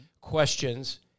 Questions